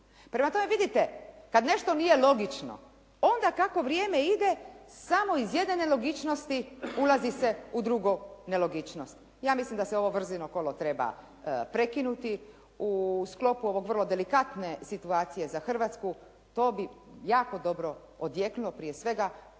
Prema tome, vidite kada nešto nije logično, onda kako vrijeme ide samo jedne nelogičnosti ulazi se u drugo nelogičnost. Ja mislim da se brzino kolo treba prekinuti u sklopu ove vrlo delikatne situacije za Hrvatsku. To bi jako dobro odjeknulo prije svega